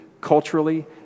culturally